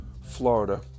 Florida